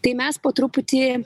tai mes po truputį